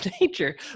nature